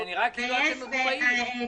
זה נראה כאילו אתם מקובעים.